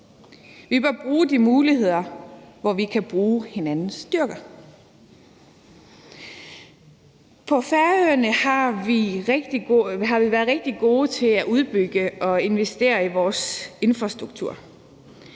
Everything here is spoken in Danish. Vi bør bruge de muligheder, hvor vi kan bruge hinandens styrker. På Færøerne har vi været rigtig gode til at udbygge og investere i vores infrastruktur.